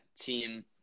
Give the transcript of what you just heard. team